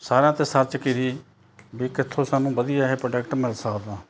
ਸਾਰਿਆਂ 'ਤੇ ਸਰਚ ਕਰੀ ਵੀ ਕਿੱਥੋਂ ਸਾਨੂੰ ਵਧੀਆ ਇਹ ਪ੍ਰੋਡਕਟ ਮਿਲ ਸਕਦਾ